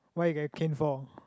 what you get canned for